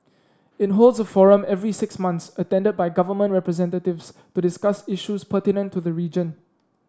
it holds a forum every six months attended by government representatives to discuss issues pertinent to the region